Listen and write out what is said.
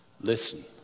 Listen